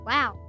Wow